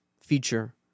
feature